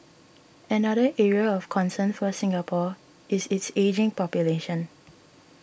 another area of concern for Singapore is its ageing population